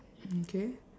mm K